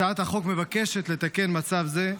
הצעת החוק מבקשת לתקן מצב זה,